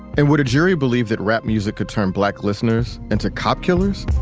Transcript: and would a jury believe that rap music could turn black listeners into cop killers?